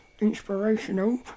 inspirational